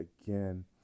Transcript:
again